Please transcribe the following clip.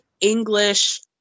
english